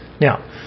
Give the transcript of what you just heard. Now